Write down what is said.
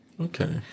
Okay